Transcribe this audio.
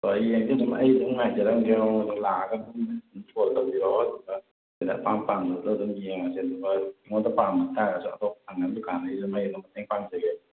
ꯍꯣꯏ ꯌꯦꯡꯖꯦ ꯑꯗꯨꯝ ꯑꯩ ꯑꯗꯨꯝ ꯉꯥꯏꯖꯔꯝꯒꯦ ꯄꯕꯨꯡꯈꯣꯏ ꯂꯥꯛꯑꯒ ꯑꯩꯉꯣꯟꯗ ꯀꯣꯜ ꯇꯧꯕꯤꯔꯛꯑꯣ ꯁꯤꯗ ꯑꯄꯥꯝ ꯄꯥꯝꯗꯗꯣ ꯑꯗꯨꯝ ꯌꯦꯡꯉꯁꯦ ꯑꯗꯨꯒ ꯑꯩꯉꯣꯟꯗ ꯄꯥꯝꯗꯇꯥꯔꯁꯨ ꯑꯇꯣꯞꯄ ꯊꯪꯅꯕ ꯗꯨꯀꯥꯟꯗꯒꯤꯁꯨ ꯑꯩ ꯑꯗꯨꯝ ꯃꯇꯦꯡ ꯄꯥꯡꯖꯒꯦ